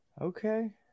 okay